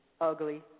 ugly